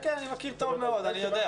כן, כן, אני מכיר טוב מאוד, אני יודע.